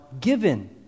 given